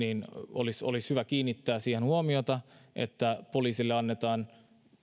olisi olisi hyvä kiinnittää siihen huomiota että poliisille annetaan